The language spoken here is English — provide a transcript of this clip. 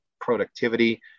productivity